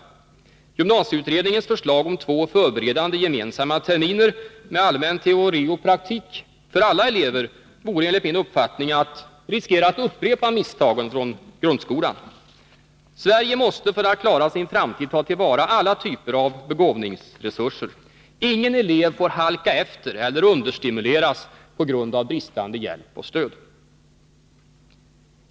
Ett genomförande av gymnasieutredningens förslag om två förberedande gemensamma terminer med allmän teori och praktik för alla elever vore enligt min uppfattning att upprepa misstagen från grundskolan. Sverige måste för att klara sin framtid ta till vara alla typer av begåvningsresurser. Ingen elev får ”halka efter” eller understimuleras på grund av bristande hjälp och stöd.